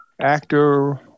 actor